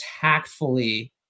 tactfully